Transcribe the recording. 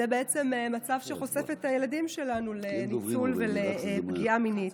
זה בעצם מצב שחושף את הילדים שלנו לניצול ולפגיעה מינית.